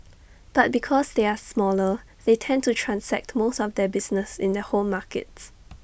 but because they are smaller they tend to transact most of their business in their home markets